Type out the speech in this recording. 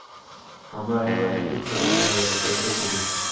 हमरा एगो एफ.डी खोले के हवे त कैसे खुली?